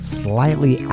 slightly